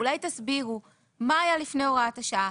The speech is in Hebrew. אולי תסבירו מה היה לפני הוראת השעה,